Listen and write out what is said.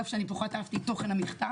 על אף שפחות אהבתי את תוכן המכתב.